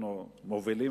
ואנחנו מובילים,